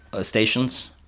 stations